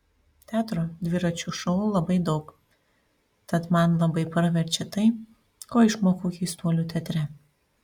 teatro dviračio šou labai daug tad man labai praverčia tai ko išmokau keistuolių teatre